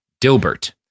Dilbert